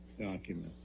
document